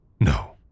No